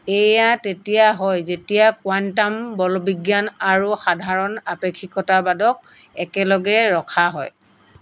এয়া তেতিয়া হয় যেতিয়া কোৱাণ্টাম বলবিজ্ঞান আৰু সাধাৰণ আপেক্ষিকতাবাদক একেলগে ৰখা হয়